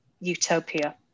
utopia